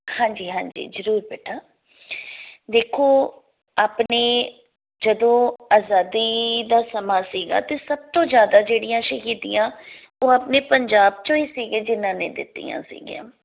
ਹਾਂਜੀ ਹਾਂਜੀ ਜ਼ਰੂਰ ਬੇਟਾ ਦੇਖੋ ਆਪਣੇ ਜਦੋਂ ਆਜ਼ਾਦੀ ਦਾ ਸਮਾਂ ਸੀਗਾ ਤਾਂ ਸਭ ਤੋਂ ਜ਼ਿਆਦਾ ਜਿਹੜੀਆਂ ਸ਼ਹੀਦੀਆਂ ਉਹ ਆਪਣੇ ਪੰਜਾਬ 'ਚੋਂ ਹੀ ਸੀਗੇ ਜਿਹਨਾਂ ਨੇ ਦਿੱਤੀਆਂ ਸੀਗੀਆਂ